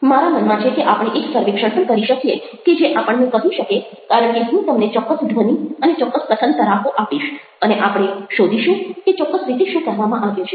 મારા મનમાં છે કે આપણે એક સર્વેક્ષણ પણ કરી શકીએ કે જે આપણને કહી શકે કારણ કે હું તમને ચોક્કસ ધ્વનિ અને ચોક્કસ કથન તરાહો આપીશ અને આપણે શોધીશું કે ચોક્કસ રીતે શું કહેવામાં આવ્યું છે